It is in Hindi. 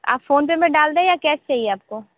आप फोनपे में डाल दे या कैश चाहिए आपको